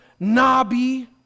Nabi